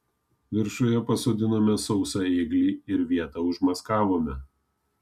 viršuje pasodinome sausą ėglį ir vietą užmaskavome